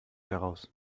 daraus